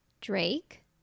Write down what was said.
drake